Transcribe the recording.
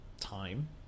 time